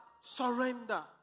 surrender